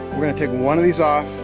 we're gonna take one of these off,